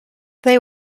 they